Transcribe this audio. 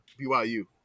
BYU